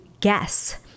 guess